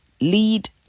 lead